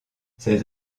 ses